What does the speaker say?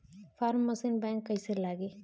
Form machine बैक कईसे लागी?